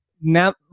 Now